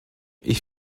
ich